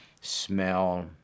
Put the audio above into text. smell